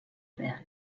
real